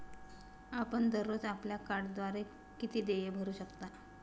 आपण दररोज आपल्या कार्डद्वारे किती देय भरू शकता?